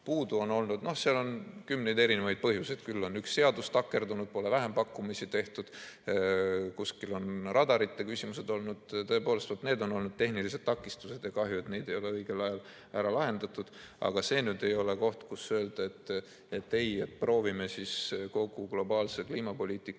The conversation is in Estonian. Puudu on olnud ... Noh, on kümneid erinevaid põhjuseid: küll on üks seadus takerdunud, pole vähempakkumisi tehtud, kuskil on radarite küsimused olnud. Tõepoolest, need on tehnilised takistused ja kahju, et neid ei ole õigel ajal ära lahendatud, aga see ei ole koht, kus öelda, et proovime kogu globaalse kliimapoliitika